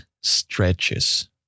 stretches